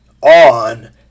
on